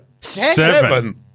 Seven